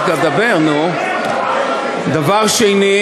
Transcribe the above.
טרור לא יהיה פה, דבר שני,